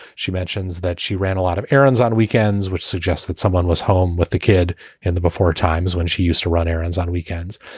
she mentions that she ran a lot of errands on weekends, which suggests that someone was home with the kid in the before times when she used to run errands on weekends.